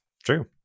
True